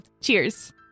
Cheers